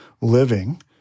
living